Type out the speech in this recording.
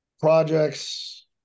projects